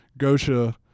Gosha